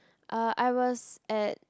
uh I was at